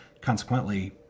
Consequently